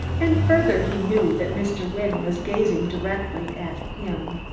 and further, he knew that mr. wynne was gazing directly at him.